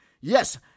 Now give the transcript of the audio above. Yes